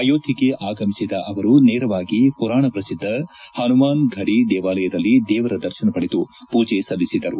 ಅಯೋಧ್ಯೆಗೆ ಆಗಮಿಸಿದ ಅವರು ನೇರವಾಗಿ ಪುರಾಣ ಪ್ರಸಿದ್ಧ ಪನುಮಾನ್ ಫಡಿ ದೇವಾಲಯದಲ್ಲಿ ದೇವರ ದರ್ಶನ ಪಡೆದು ಪೂಜೆ ಸಲ್ಲಿಸಿದರು